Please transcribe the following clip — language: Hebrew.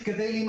אחר כך תשובות